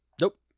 Nope